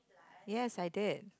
yes I did